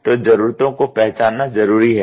तो जरूरतों को पहचानना जरूरी है